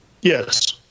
Yes